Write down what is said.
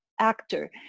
actor